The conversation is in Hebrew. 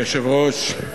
אדוני היושב-ראש,